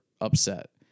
upset